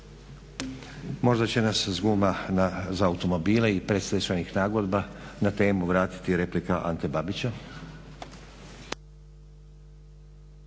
Možda će nas iz guma za automobile i predstečajnih nagodba na temu vratiti replika Ante Babića.